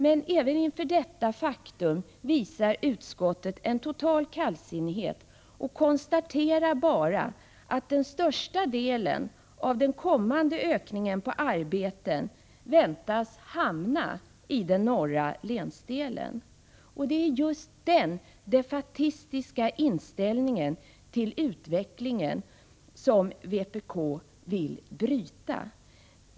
Men även inför detta faktum visar utskottet en total kallsinnighet och konstaterar bara att den största delen av den kommande ökningen av arbeten väntas hamna i den norra länsdelen. Det är just den defaitistiska inställningen till utvecklingen som vpk vill bryta.